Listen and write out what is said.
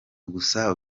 gusa